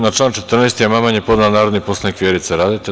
Na član 14. amandman je podnela narodni poslanik Vjerica Radeta.